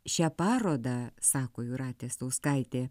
šia paroda sako jūratė stauskaitė